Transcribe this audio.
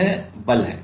यह बल है